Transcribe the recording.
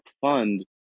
fund